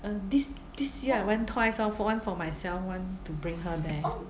uh this this year I went twice orh for one for myself one to bring her there